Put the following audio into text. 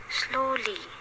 slowly